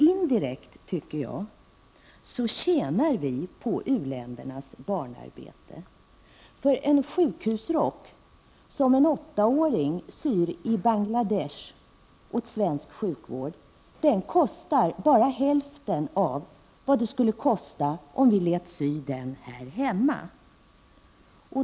Indirekt — tycker jag - tjänar vi på u-ländernas barnarbete. En sjukhusrock som en åttaåring i Bangladesh syr åt svensk sjukvård kostar bara hälften av vad den skulle kosta om vi lät sy den här hemma.